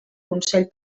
consell